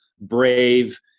brave